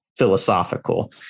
Philosophical